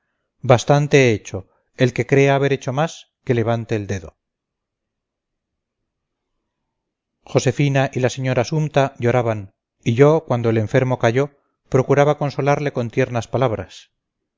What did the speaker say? bastante he hecho el que crea haber hecho más que levante el dedo josefina y la señora sumta lloraban y yo cuando el enfermo calló procuraba consolarle con tiernas palabras